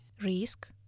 Risk